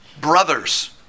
brothers